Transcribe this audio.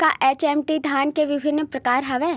का एच.एम.टी धान के विभिन्र प्रकार हवय?